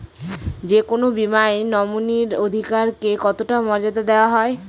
যে কোনো বীমায় নমিনীর অধিকার কে কতটা মর্যাদা দেওয়া হয়?